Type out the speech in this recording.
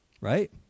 Right